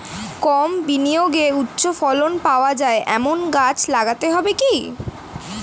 কম বিনিয়োগে উচ্চ ফলন পাওয়া যায় এমন গাছ লাগাতে হবে কি?